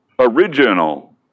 Original